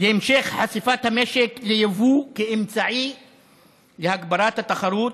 להמשך חשיפת המשק ליבוא כאמצעי להגברת התחרות,